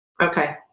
Okay